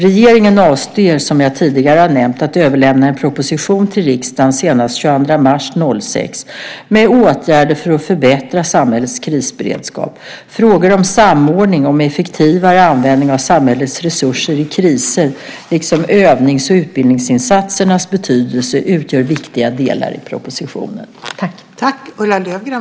Regeringen avser som jag tidigare har nämnt att överlämna en proposition till riksdagen senast den 22 mars 2006 med åtgärder för att förbättra samhällets krisberedskap. Frågor om samordning och om effektivare användning av samhällets resurser i kriser liksom övnings och utbildningsinsatsernas betydelse utgör viktiga delar i propositionen.